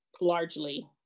largely